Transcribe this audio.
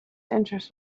interest